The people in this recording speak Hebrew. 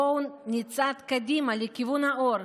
בואו ונצעד קדימה לכיוון האור,